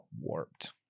warped